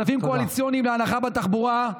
ככספים קואליציוניים להנחה בתחבורה,